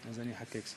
אז אני אחכה קצת